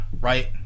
right